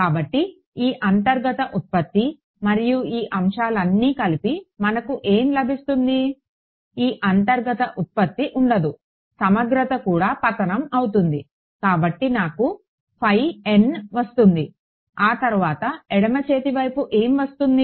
కాబట్టి ఈ అంతర్గత ఉత్పత్తి మరియు ఈ అంశాలన్నీ కలిపి మనకు ఏం లభిస్తుంది ఈ అంతర్గత ఉత్పత్తి ఉండదు సమగ్రత కూడా పతనం అవుతుంది కనుక నాకు ఫై n వస్తుంది ఆ తరువాత ఎడమ చేతి వైపు ఏం వస్తుంది